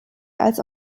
als